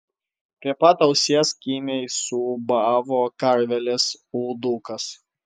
prie pat ausies kimiai suūbavo karvelis uldukas